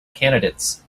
candidates